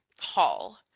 Hall